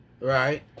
Right